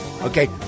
Okay